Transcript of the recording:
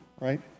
right